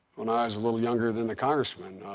when i was a little younger than the congressman,